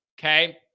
okay